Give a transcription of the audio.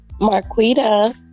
Marquita